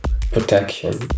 protection